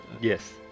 Yes